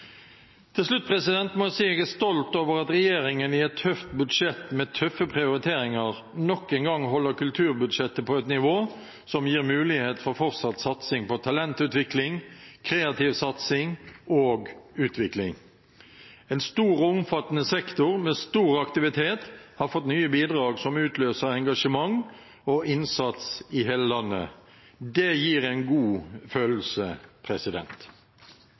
Til slutt må jeg si jeg er stolt over at regjeringen i et tøft budsjett med tøffe prioriteringer nok en gang holder kulturbudsjettet på et nivå som gir mulighet for fortsatt satsing på talentutvikling, kreativ satsing og utvikling. En stor og omfattende sektor med stor aktivitet har fått nye bidrag som utløser engasjement og innsats i hele landet. Det gir en god følelse.